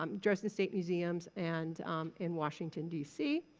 um dresden state museums and in washington, d c.